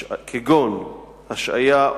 כגון השעיה,